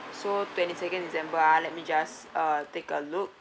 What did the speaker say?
so twenty-second december ah let me just uh take a look